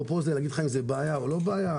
להגיד אם זה בעיה או לא בעיה,